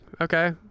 okay